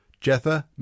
Jetha